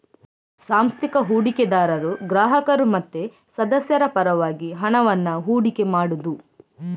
ಸಾಂಸ್ಥಿಕ ಹೂಡಿಕೆದಾರರು ಗ್ರಾಹಕರು ಮತ್ತೆ ಸದಸ್ಯರ ಪರವಾಗಿ ಹಣವನ್ನ ಹೂಡಿಕೆ ಮಾಡುದು